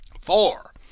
Four